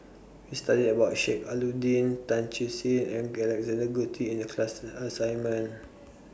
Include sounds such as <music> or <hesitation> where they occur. We studied about Sheik Alau'ddin Tan Siew Sin and Alexander Guthrie in The class <hesitation> assignment